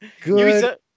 Good